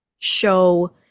show